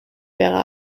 wäre